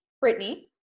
Brittany